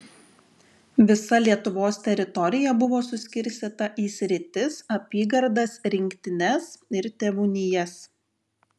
visa lietuvos teritorija buvo suskirstyta į sritis apygardas rinktines ir tėvūnijas